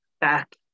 back